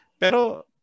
Pero